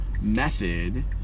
method